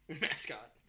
Mascot